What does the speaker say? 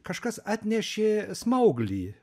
kažkas atnešė smauglį